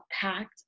packed